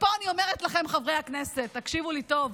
ופה אני אומרת לכם, חברי הכנסת, תקשיבו לי טוב: